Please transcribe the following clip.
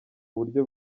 buryo